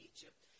Egypt